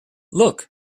look